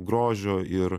grožio ir